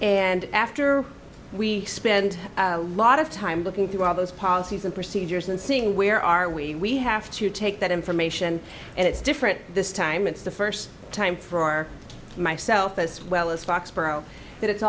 and after we spend a lot of time looking through all those policies and procedures and seeing where are we have to take that information and it's different this time it's the first time for our myself as well as foxboro that it's